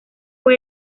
fue